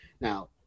Now